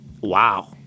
Wow